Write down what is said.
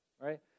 right